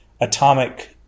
atomic